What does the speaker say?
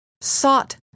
sought